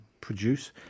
produce